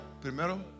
primero